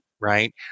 right